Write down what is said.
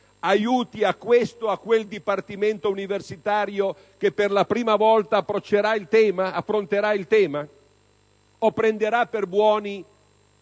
aiuti a questo o quel dipartimento universitario, che per la prima volta affronterà il tema, oppure, come io temo, prenderà per buoni